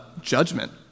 judgment